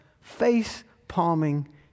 face-palming